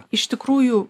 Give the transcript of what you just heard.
iš tikrųjų